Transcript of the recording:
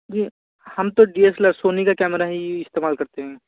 जी हम तो D S L R Sony का कैमरा ही इस्तेमाल करते हैं